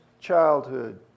childhood